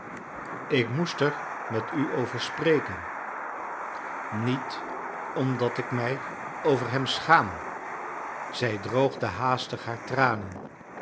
ik moest er met u over spreken niet omdat ik mij over hem schaam zrj droogde haastig liaar tranen